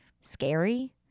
scary